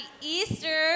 Easter